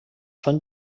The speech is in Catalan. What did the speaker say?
són